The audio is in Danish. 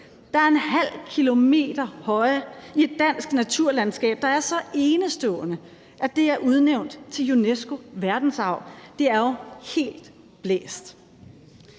der er en halv kilometer høje, i et dansk naturlandskab, der er så enestående, at det er udnævnt til UNESCO Verdensarv. Det er jo helt blæst.